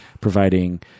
providing